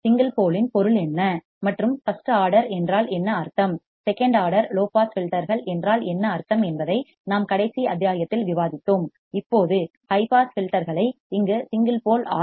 single pole இன் பொருள் என்ன மற்றும் பஸ்ட் ஆர்டர் என்றால் என்ன அர்த்தம் செகண்ட் ஆர்டர் லோ பாஸ் ஃபில்டர்கள் என்றால் என்ன அர்த்தம் என்பதை நாம் கடைசி அத்தியாயத்தில் விவாதித்தோம் இப்போது ஹை பாஸ் ஃபில்டர் களை இங்கு சிங்கிள் போல் ஆர்